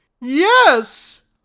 Yes